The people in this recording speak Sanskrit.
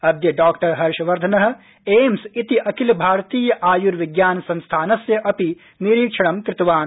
अद्य डॉ हर्षवर्धन एम्स इति अखिल भारतीय आयुर्विज्ञान संस्थानस्य अपि निरीक्षणं कृतवान्